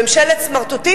ממשלת סמרטוטים,